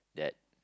that